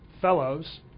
fellows